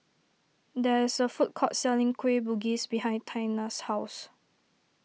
there is a food court selling Kueh Bugis behind Tiana's house